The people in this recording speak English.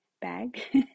bag